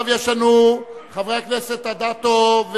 חברי הכנסת אדטו,